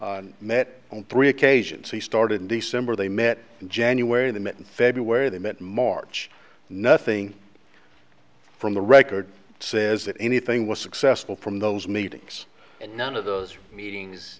e met on three occasions he started in december they met in january the met in february they met march nothing from the record says that anything was successful from those meetings and none of those meetings